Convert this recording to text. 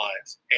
lives